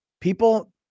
people